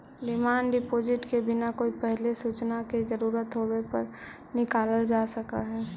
demand deposit के बिना कोई पहिले सूचना के जरूरत होवे पर निकालल जा सकऽ हई